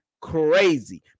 crazy